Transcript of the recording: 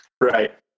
Right